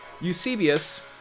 Eusebius